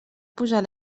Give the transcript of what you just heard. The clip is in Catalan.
posar